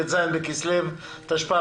ט"ז בכסל התשפ"א,